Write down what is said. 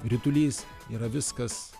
ritulys yra viskas